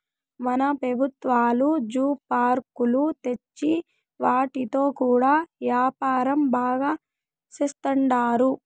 మన పెబుత్వాలు జూ పార్కులు తెచ్చి వాటితో కూడా యాపారం బాగా సేత్తండారు